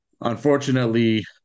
unfortunately